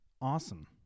Awesome